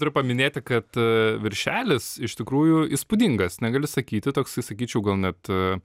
turiu paminėti kad viršelis iš tikrųjų įspūdingas negali sakyti toksai sakyčiau gal net